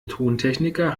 tontechniker